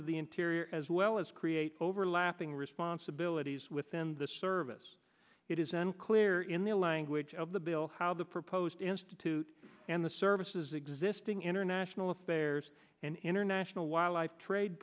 of the interior as well as create overlapping responsibilities within the service it is unclear in the language of the bill how the proposed institute and the services existing international affairs and international wildlife trade